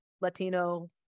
Latino